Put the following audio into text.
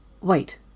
Wait